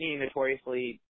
notoriously